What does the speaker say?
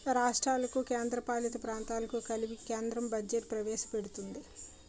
రాష్ట్రాలకు కేంద్రపాలిత ప్రాంతాలకు కలిపి కేంద్రం బడ్జెట్ ప్రవేశపెడుతుంది